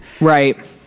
right